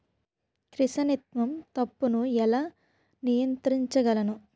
Chrysanthemum తప్పును ఎలా నియంత్రించగలను?